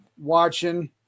watching